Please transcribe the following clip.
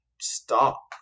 stop